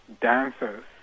dancers